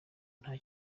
nta